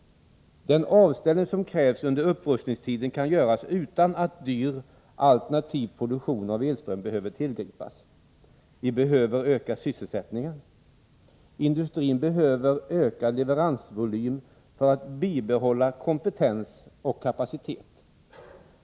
Den avställning som krävs under upprustningstiden kan göras utan att dyr alternativproduktion av elström behöver tillgripas. 2. Vi behöver öka sysselsättningen. 3. Industrin behöver ökad leveransvolym för att bibehålla kompetens och kapacitet.